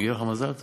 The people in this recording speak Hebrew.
מגיע לך מזל טוב.